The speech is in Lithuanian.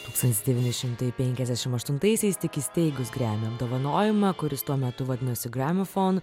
tūkstantis devyni šimtai penkiasdešim aštuntaisiais tik įsteigus grammy apdovanojimą kuris tuo metu vadinosi gramofon